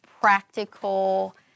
practical